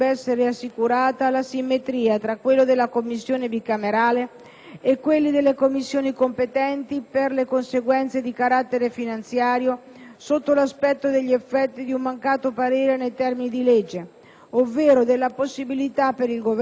e quelli delle Commissioni competenti per le conseguenze di carattere finanziario sotto l'aspetto degli effetti di un mancato parere nei termini di legge, ovvero della possibilità per il Governo di adottare comunque i decreti legislativi.